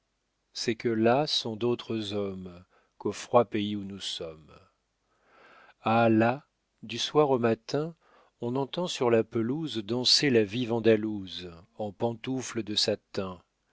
c'est que là sont d'autres hommes qu'au froid pays où nous sommes ah là du soir au matin on entend sur la pelouse danser la vive andalouse en pantoufles de satin